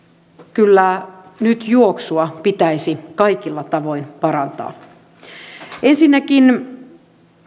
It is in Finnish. kyllä nyt juoksua pitäisi kaikilla tavoin parantaa ensinnäkin